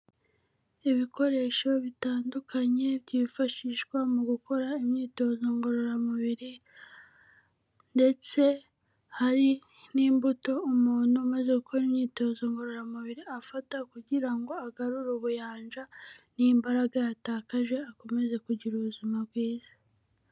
Ibikoresho bitandukanye byifashishwa mu gukora imyitozo ngororamubiri, ndetse hari n'imbuto umuntu umaze gukora imyitozo ngororamubiri afata kugira ngo agarure ubuyanja n'imbaraga yatakaje, akomeze kugira ubuzima bwiza.